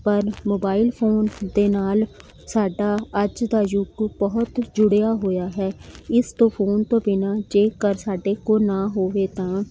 ਪਰ mobile phone ਦੇ ਨਾਲ਼ ਸਾਡਾ ਅੱਜ ਦਾ ਯੁੱਗ ਬਹੁਤ ਜੁੜਿਆ ਹੋਇਆ ਹੈ ਇਸ ਤੋਂ ਫੋਨ ਬਿਨਾਂ ਜੇਕਰ ਸਾਡੇ ਕੋਲ ਨਾ ਹੋਵੇ ਤਾਂ